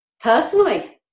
personally